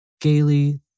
Gaily